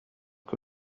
que